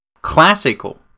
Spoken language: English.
classical